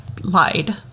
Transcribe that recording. lied